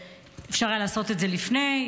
אפשר היה לעשות את זה לפני.